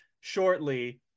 shortly